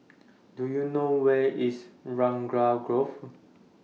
Do YOU know Where IS Raglan Grove